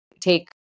take